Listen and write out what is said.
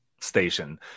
station